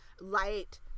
light